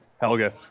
Helga